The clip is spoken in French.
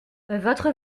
votre